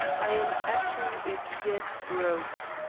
i am absolutely dead broke.